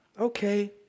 Okay